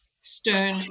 stern